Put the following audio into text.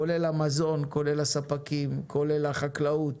כולל המזון, כולל הספקים, כולל החקלאות,